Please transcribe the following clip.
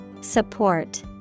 Support